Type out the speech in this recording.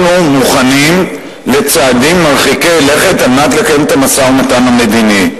אנחנו מוכנים לצעדים מרחיקי לכת כדי לקיים את המשא-ומתן המדיני,